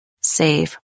save